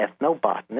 ethnobotanist